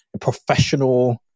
professional